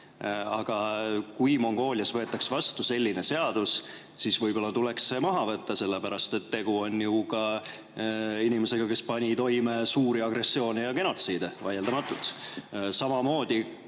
Aga kui Mongoolias võetaks vastu selline seadus, siis võib-olla tuleks see maha võtta, sellepärast et tegu on ju inimesega, kes pani toime suuri agressioone ja genotsiide, vaieldamatult.